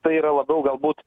tai yra labiau galbūt